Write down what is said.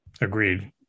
Agreed